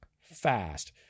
fast